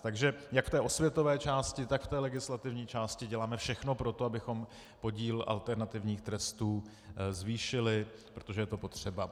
Takže jak v té osvětové části, tak v té legislativní části děláme všechno pro to, abychom podíl alternativních trestů zvýšili, protože je to potřeba.